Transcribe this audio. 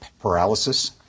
paralysis